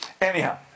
Anyhow